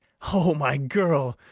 o my girl,